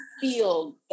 feel